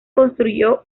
construyó